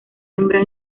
hembra